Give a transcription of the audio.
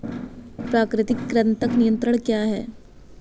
प्राकृतिक कृंतक नियंत्रण क्या है?